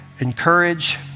encourage